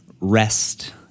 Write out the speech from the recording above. rest